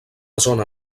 zona